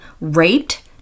raped